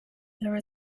there